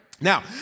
Now